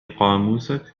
قاموسك